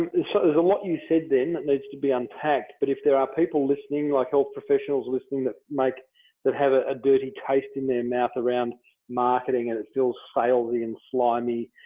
so there's a lot you said then that needs to be unpacked, but if there are people listening like health professionals listening that make that have ah a dirty taste in their mouth around marketing and it feels salesy and slimy,